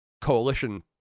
coalition